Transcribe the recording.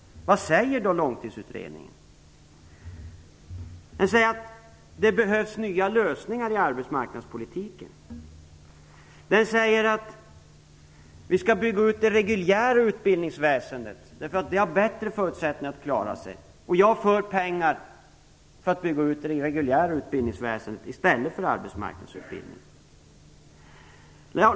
Vad säger då Långtidsutredningen? Den säger att det behövs nya lösningar i arbetsmarknadspolitiken. Den säger att vi skall bygga ut det reguljära utbildningsväsendet, därför att det har bättre förutsättningar att klara sig. Vi använder pengar för att bygga ut det reguljära utbildningsväsendet i stället för arbetsmarknadsutbildningen.